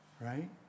right